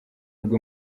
bwo